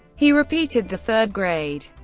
he repeated the third grade.